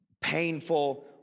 painful